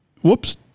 whoops